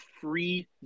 free